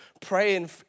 praying